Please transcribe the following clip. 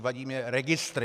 Vadí mi registry.